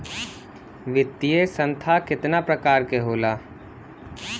वित्तीय संस्था कितना प्रकार क होला?